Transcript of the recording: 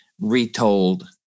retold